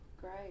great